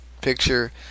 picture